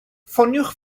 ffoniwch